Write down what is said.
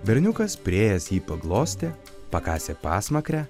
berniukas priėjęs jį paglostė pakasė pasmakrę